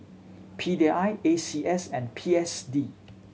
P D I A C S and P S D